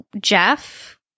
Jeff